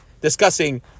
discussing